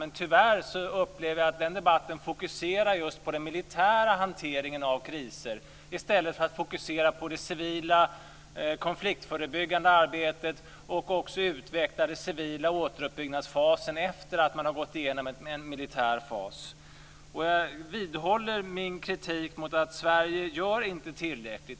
Jag upplever, tyvärr, att den debatten fokuserar just på den militära hanteringen av kriser i stället för att fokusera på det civila konfliktförebyggande arbetet och utveckla den civila återuppbyggnadsfasen efter det att man gått igenom en militär fas. Jag vidhåller min kritik mot att Sverige inte gör tillräckligt.